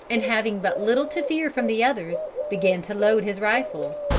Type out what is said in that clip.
and having but little to fear from the others, began to load his rifle.